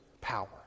power